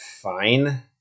fine